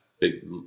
big